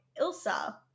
Ilsa